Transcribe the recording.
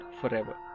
forever